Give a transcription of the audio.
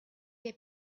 they